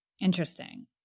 Interesting